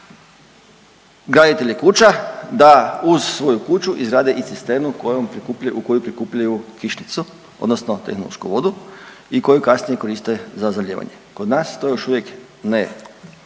graditelje kuća da uz svoju kuću izgrade i cisternu kojom prikupljaju, u koju prikupljaju kišnicu odnosno tehnološku vodu i koju kasnije koriste za zalijevanje. Kod nas to još uvijek ne,